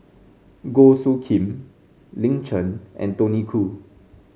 Goh Soo Khim Lin Chen and Tony Khoo